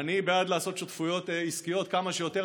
אני בעד לעשות שותפויות עסקיות כמה שיותר.